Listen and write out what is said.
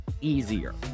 easier